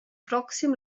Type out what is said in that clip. proxim